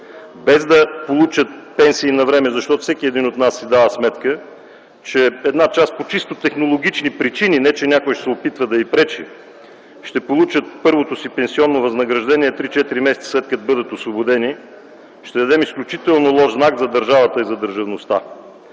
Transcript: без да получат пенсии навреме, защото всеки един от нас си дава сметка, че една част по чисто технологични причини, не че някой ще се опитва да пречи, ще получат първото си пенсионно възнаграждение 3-4 месеца, след като бъдат освободени. Ще дадем изключително лош знак за държавата и за държавността,